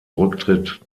rücktritt